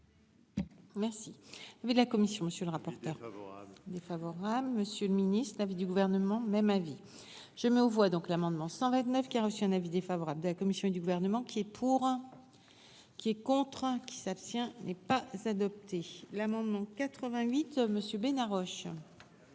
Merci et puis la commission, monsieur le rapporteur défavorable, monsieur le Ministre, de l'avis du gouvernement, même avis je mets aux voix donc l'amendement 129 qui a reçu un avis défavorable de la commission et du gouvernement qui est pour, qui est contraint qui s'abstient n'est pas s'adopté l'amendement 88 monsieur Bena Roche.